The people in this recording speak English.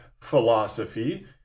Philosophy